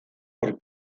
por